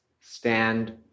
stand